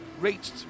reached